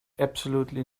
absolutely